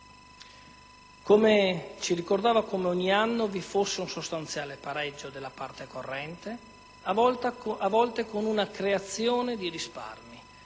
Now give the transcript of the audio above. PIL; ci ricordava come ogni anno vi fosse un sostanziale pareggio della parte corrente, a volte con una creazione di risparmi,